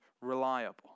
reliable